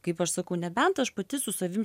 kaip aš sakau nebent aš pati su savim